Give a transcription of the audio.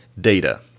data